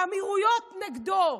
האמירויות נגדו,